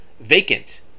vacant